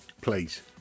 please